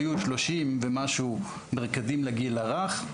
היו 30 ומשהו מרכזים לגיל הרך,